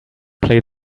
play